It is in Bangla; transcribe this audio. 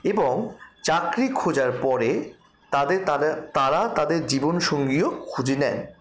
এবং চাকরি খোঁজার পরে তাদে তারা তাদের জীবনসঙ্গীও খুঁজে নেন